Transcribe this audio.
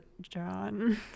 John